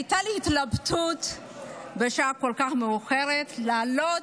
הייתה לי התלבטות בשעה כל כך מאוחרת, לעלות,